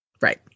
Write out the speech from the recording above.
Right